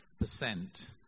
percent